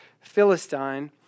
Philistine